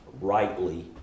rightly